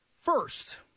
first